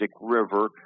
River